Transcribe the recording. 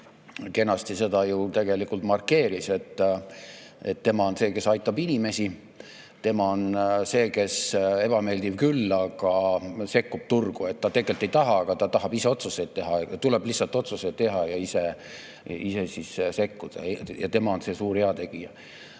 väga kenasti ju tegelikult markeeris seda, et tema on see, kes aitab inimesi. Tema on see, kes, ebameeldiv küll, sekkub turgu. Ta tegelikult ei taha, aga ta tahab ise otsuseid teha – tuleb lihtsalt otsused teha ja ise sekkuda, tema on suur heategija.